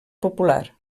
popular